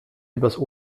übers